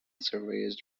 surveyors